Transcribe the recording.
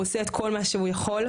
הוא עושה את כל מה שהוא יכול,